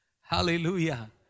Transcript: Hallelujah